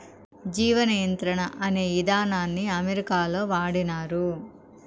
జీవ నియంత్రణ అనే ఇదానాన్ని అమెరికాలో వాడినారు